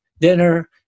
Dinner